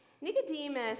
Nicodemus